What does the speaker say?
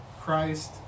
Christ